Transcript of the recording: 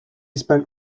spent